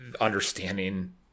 understanding